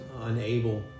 unable